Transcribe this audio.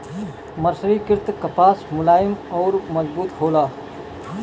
मर्सरीकृत कपास मुलायम अउर मजबूत होला